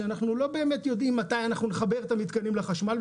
ואנחנו לא באמת יודעים מתי אנחנו נחבר את המתקנים לחשמל,